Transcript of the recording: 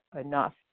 enough